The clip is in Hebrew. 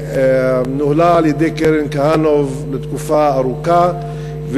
שנוהלה על-ידי קרן כהנוף תקופה ארוכה,